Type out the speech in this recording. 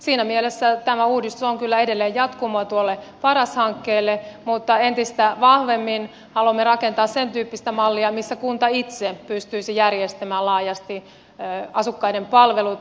siinä mielessä tämä uudistus on kyllä edelleen jatkumoa tuolle paras hankkeelle mutta entistä vahvemmin haluamme rakentaa sen tyyppistä mallia missä kunta itse pystyisi järjestämään laajasti asukkaiden palvelut